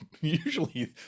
usually